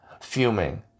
fuming